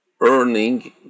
earning